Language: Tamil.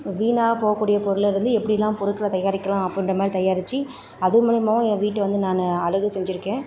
வீணாக போகக்கூடிய பொருளிலேருந்து எப்படிலாம் பொருட்களை தயாரிக்கலாம் அப்புடின்ற மாதிரி தயாரித்து அது மூலயமாவும் என் வீட்டை வந்து நான் அழகு செஞ்சுருக்கேன்